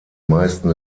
meisten